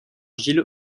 gilles